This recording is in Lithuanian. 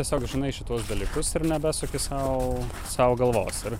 tiesiog žinai šituos dalykus ir nebesuki sau sau galvos ir